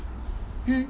hmm